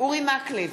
אורי מקלב,